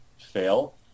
fail